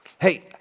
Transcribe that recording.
Hey